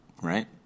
right